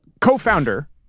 co-founder